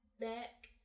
back